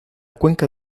cuenca